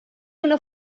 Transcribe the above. una